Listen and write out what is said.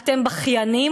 "אתם בכיינים",